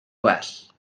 gwell